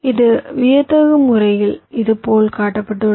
இது வியத்தகு முறையில் இது போல் காட்டப்பட்டுள்ளது